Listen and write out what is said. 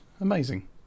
amazing